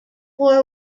war